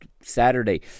Saturday